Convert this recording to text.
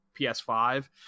ps5